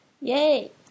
Yay